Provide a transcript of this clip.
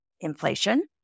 inflation